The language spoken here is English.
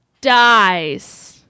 dies